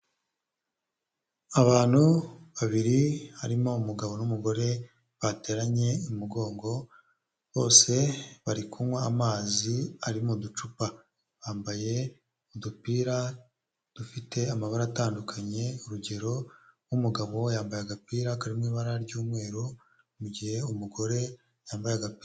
Abantu babiri harimo umugabo n'umugore bateranye umugongo bose bari kunywa amazi ari muducupa bambaye udupira dufite amabara atandukanye urugero nk'umugabo we yambaye agapira karimo ibara ry'umweru mu gihe umugore yambaye agapi.